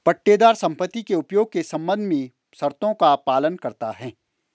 पट्टेदार संपत्ति के उपयोग के संबंध में शर्तों का पालन करता हैं